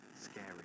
scary